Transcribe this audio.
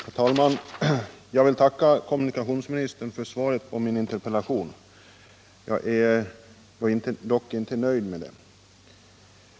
Herr talman! Jag vill tacka kommunikationsministsern för svaret på min interpellation. Jag är dock inte nöjd med det.